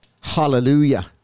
Hallelujah